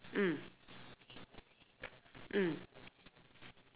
mm mm